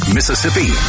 Mississippi